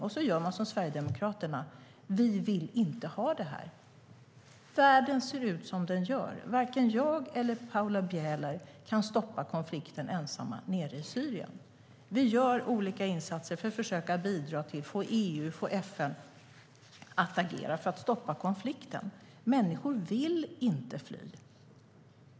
Sedan kan man göra som Sverigedemokraterna och säga att man inte vill ha utmaningen. Världen ser ut som den gör. Varken jag eller Paula Bieler kan ensamma stoppa konflikten i Syrien. Sverige gör olika insatser för att få EU och FN att agera för att stoppa konflikten. Människor vill inte fly.